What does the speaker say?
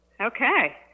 Okay